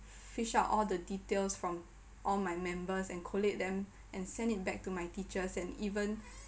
fish out all the details from all my members and collate them and send it back to my teachers and even